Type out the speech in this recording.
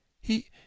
He